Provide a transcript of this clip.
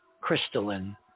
crystalline